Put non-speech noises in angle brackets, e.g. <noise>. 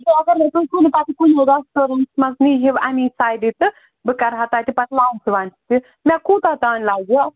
وۅنۍ اگر مےٚ تُہۍ <unintelligible> مُدا صٲبُن نیٖہِو اَمی سایڈٕ تہٕ بہٕ کَرٕہا تَتہِ پَتہٕ لَنٛچ وَنٛچ تہِ مےٚ کوٗتاہ تانۍ لَگہِ